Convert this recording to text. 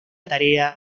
tarea